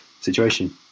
situation